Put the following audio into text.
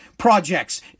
projects